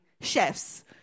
chefs